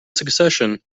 succession